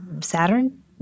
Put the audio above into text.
Saturn